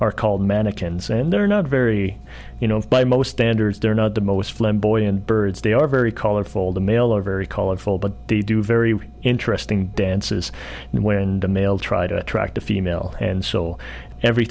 are called mannequins and they're not very you know by most standards they're not the most flamboyant birds they are very colorful the male are very colorful but they do very interesting dances and when the male try to attract a female and so every